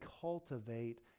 cultivate